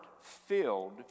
filled